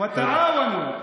וטרור.